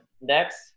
next